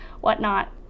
whatnot